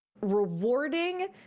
rewarding